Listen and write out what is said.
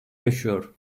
yaşıyor